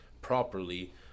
properly